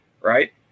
right